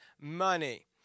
money